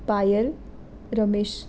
Payal Ramesh